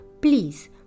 please